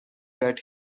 that